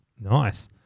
Nice